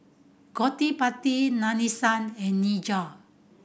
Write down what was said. Gottipati Nadesan and